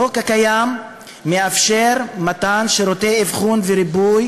החוק הקיים מאפשר מתן שירותי אבחון וריפוי